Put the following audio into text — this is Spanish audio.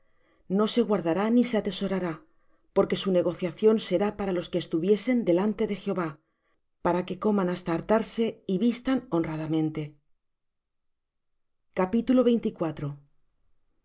no se guardará ni se atesorará porque su negociación será para los que estuvieren delante de jehová para que coman hasta hartarse y vistan honradamente